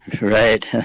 Right